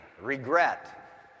regret